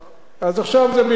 אז עכשיו זה בידיך,